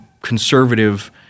conservative